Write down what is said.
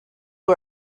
who